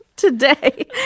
Today